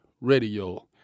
radio